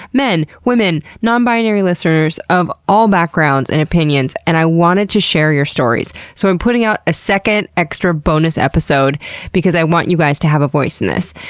men, women, non-binary listeners of all backgrounds and opinions. and i wanted to share your stories, so i'm putting out a second, extra-bonus episode because i want you guys to have a voice in this.